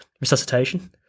resuscitation